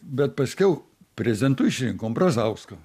bet paskiau prezidentu išrinkom brazauską